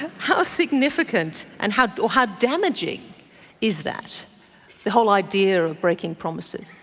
how significant and how how damaging is that whole idea of breaking promises?